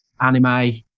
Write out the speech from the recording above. anime